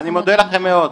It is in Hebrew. אני מודה לכם מאוד,